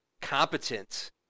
competent